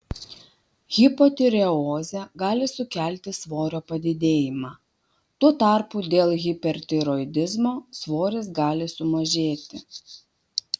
hipotireozė gali sukelti svorio padidėjimą tuo tarpu dėl hipertiroidizmo svoris gali sumažėti